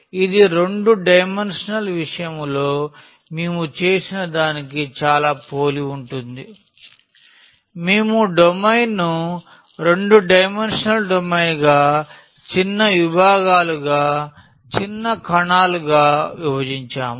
ఇది రెండు డైమెన్షనల్ విషయంలో మేము చేసిన దానికి చాలా పోలి ఉంటుంది మేము డొమైన్ను రెండు డైమెన్షనల్ డొమైన్గా చిన్న విభాగాలుగా చిన్న కణాలుగా విభజించాము